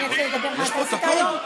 מהצד, בבקשה.